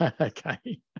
Okay